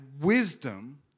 wisdom